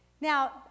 Now